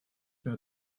mehr